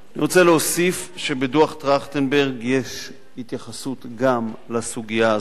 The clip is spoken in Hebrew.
אני רוצה להוסיף שבדוח-טרכטנברג יש התייחסות גם לסוגיה הזאת.